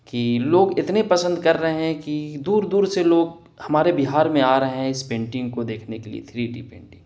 کہ لوگ اتنے پسند کر رہے ہیں کہ دور دور سے لوگ ہمارے بہار میں آ رہے ہیں اس پینٹنگ کو دیکھنے کے لیے تھری ڈٹی پینٹنگ